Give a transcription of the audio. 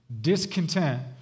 discontent